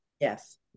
Yes